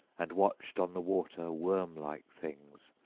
and watched on the water worm-like things,